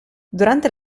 durante